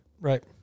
Right